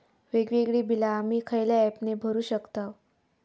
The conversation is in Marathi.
वेगवेगळी बिला आम्ही खयल्या ऍपने भरू शकताव?